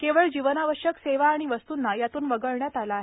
केवळ जीवनावश्यक सेवा आणि वस्तूंना यातून वगळण्यात आलं आहे